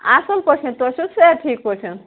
اَصٕل پٲٹھۍ تُہۍ چھُو صحت ٹھیٖک پٲٹھۍ